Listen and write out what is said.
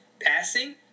passing